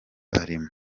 arimo